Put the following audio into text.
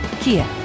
Kia